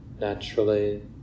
naturally